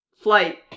flight